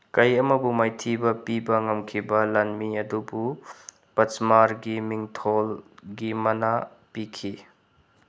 ꯀꯩ ꯑꯃꯕꯨ ꯃꯥꯏꯊꯤꯕ ꯄꯤꯕ ꯉꯝꯈꯤꯕ ꯂꯥꯟꯃꯤ ꯑꯗꯨꯕꯨ ꯄꯆꯃꯥꯔꯒꯤ ꯃꯤꯡꯊꯣꯜꯒꯤ ꯃꯅꯥ ꯄꯤꯈꯤ